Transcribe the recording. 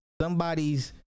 Somebody's